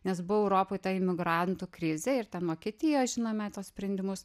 nes buvo europoj ta imigrantų krizė ir ten vokietijoj žinome tuos sprendimus